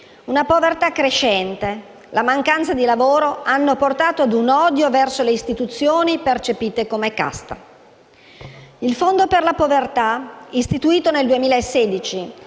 Una povertà crescente e la mancanza di lavoro hanno portato a un odio verso le istituzioni percepite come casta. Il fondo per la povertà, istituito nel 2016